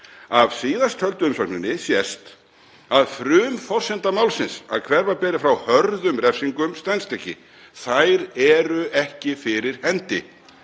Af síðasttöldu umsögninni sést að frumforsenda málsins, að hverfa beri frá hörðum refsingum, stenst ekki. Þær eru ekki fyrir hendi.